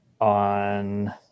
on